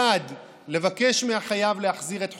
מחד לבקש מהחייב להחזיר את חובו,